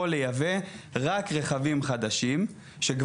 יכול לייבא רק רכבים חדשים ואז הוא